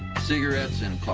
cigarettes and